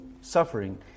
suffering